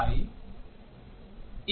y